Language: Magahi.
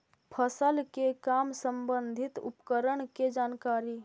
फसल के काम संबंधित उपकरण के जानकारी?